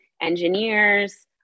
engineers